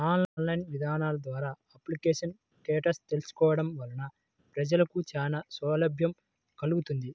online ఇదానాల ద్వారా application status తెలుసుకోవడం వలన ప్రజలకు చానా సౌలభ్యం కల్గుతుంది